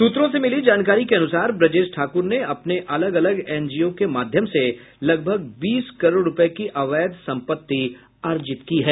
सूत्रों से मिली जानकारी के अनुसार ब्रजेश ठाकुर ने अपने अलग अलग एनजीओ के माध्यम से लगभग बीस करोड़ रूपये की अवैध संपत्ति अर्जित की है